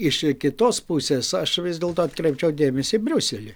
iš i kitos pusės aš vis dėlto atkreipčiau dėmesį į briuselį